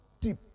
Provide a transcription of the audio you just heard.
deep